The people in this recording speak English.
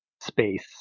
space